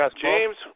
James